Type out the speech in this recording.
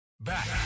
Back